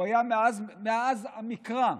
הוא היה מאז המקרא,